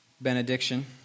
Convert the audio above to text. benediction